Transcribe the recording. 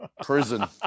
Prison